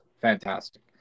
fantastic